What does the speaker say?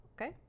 okay